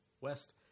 west